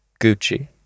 Gucci